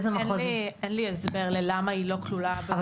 אין לי הסבר למה היא לא כלולה --- אבל